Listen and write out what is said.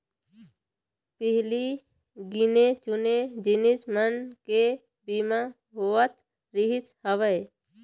पहिली गिने चुने जिनिस मन के बीमा होवत रिहिस हवय